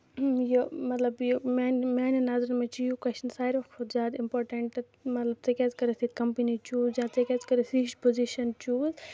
یہِ مطلب یہِ میٲنین نَظرَن منٛز چھُ یہِ کوسچن ساروٕے کھۄتہٕ زیادٕ اِمپارٹیَنٹ مطلب ژےٚ کیازِ کٔرٕتھ یہِ کَمپٔنۍ چوٗز یا ژےٚ کیازِ کٔرٕتھ یہِ ہِش پُوٚزِشن چوٗز